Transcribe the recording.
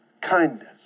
Kindness